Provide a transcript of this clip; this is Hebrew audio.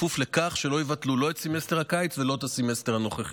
כפוף לכך שלא יבטלו לא את סמסטר הקיץ ולא את הסמסטר הנוכחי.